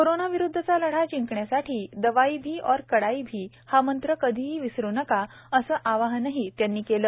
कोरोनाविरुद्धचा लढा जिंकण्यासाठी दवाई भी और कडाई भी हा मंत्र कधीही विसरु नका असं आवाहनही त्यांनी केलं